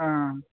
ᱦᱮᱸ